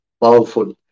powerful